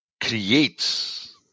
creates